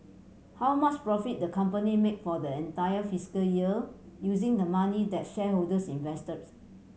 how much profit the company made for the entire fiscal year using the money that shareholders invested